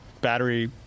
battery